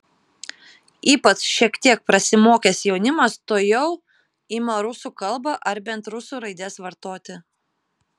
ypač šiek tiek prasimokęs jaunimas tuojau ima rusų kalbą ar bent rusų raides vartoti